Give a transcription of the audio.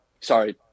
sorry